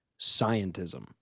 scientism